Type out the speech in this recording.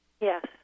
Yes